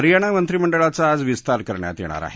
हरियाणा मंत्रीमंडळाचा आज विस्तार करण्यात येणार आहे